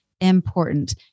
important